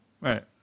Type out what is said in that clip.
right